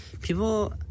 People